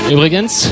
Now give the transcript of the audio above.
Übrigens